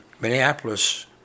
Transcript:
Minneapolis